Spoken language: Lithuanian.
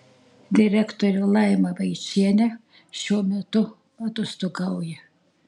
direktorė laima vaičienė šiuo metu atostogauja